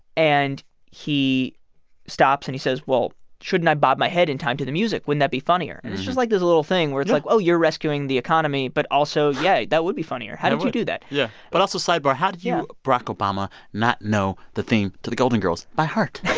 and he stops, and he says, well, shouldn't i bob my head in time to the music? wouldn't that be funnier? it's just like this little thing where it's, like, oh, you're rescuing the economy, but also, yeah, that would be funnier. how did you do that? yeah but also sidebar how did you, barack obama, not know the theme to the golden girls by heart?